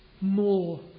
more